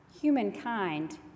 humankind